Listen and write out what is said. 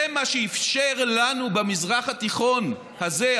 זה מה שאפשר לנו במזרח התיכון הזה,